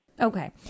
Okay